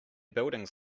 buildings